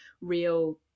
real